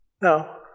No